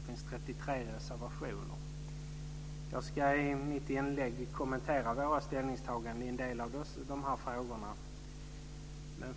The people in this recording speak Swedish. Det finns 33 reservationer. Jag ska i mitt inlägg kommentera våra ställningstaganden i en del av frågorna.